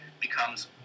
becomes